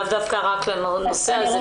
לאו דווקא לנושא הזה.